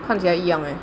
看起来一样 leh